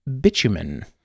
bitumen